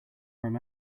him